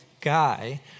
guy